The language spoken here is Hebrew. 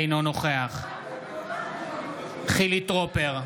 אינו נוכח חילי טרופר,